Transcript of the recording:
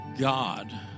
god